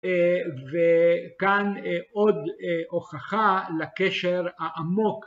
וכאן עוד הוכחה לקשר העמוק